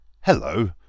hello